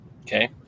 Okay